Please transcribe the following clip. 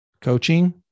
coaching